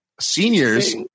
seniors